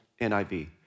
NIV